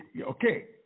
Okay